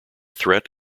threat